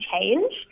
change